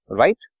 right